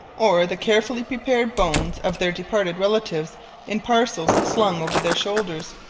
or the carefully prepared bones of their departed relatives in parcels slung over their shoulders.